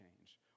change